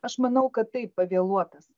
aš manau kad taip pavėluotas